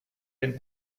den